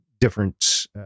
different